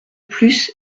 plus